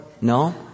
No